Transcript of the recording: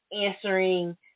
answering